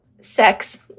sex